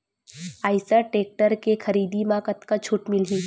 Eicher tractor के खरीदी म कतका छूट मिलही?